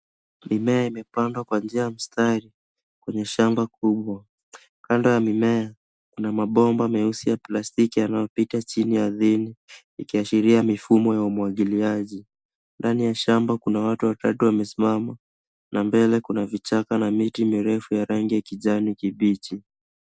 Mimea imepandwa kwa njia ya mstari, kwenye shamba kubwa, kando ya mimea kuna mabomba meusi ya plastiki yanayopita chini ardhini yakiashiria mifumo ya umwagiliaji. Ndani ya shamba kuna watu watatu wamesimama, na mbele kuna vichaka na miti mirefu ya rangi ya kijani kibichi.